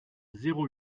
zéro